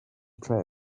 tray